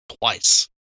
twice